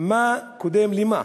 מה קודם למה.